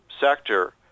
sector